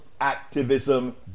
activism